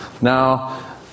Now